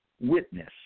witness